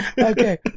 Okay